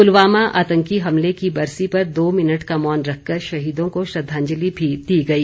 पुलवामा आतंकी हमले की बरसी पर दो मिनट का मौन रखकर शहीदों को श्रद्वांजलि भी दी गई